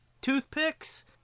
toothpicks